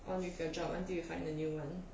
on with your job until you find a new [one]